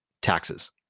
taxes